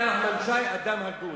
אתה, נחמן שי, אדם הגון,